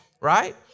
right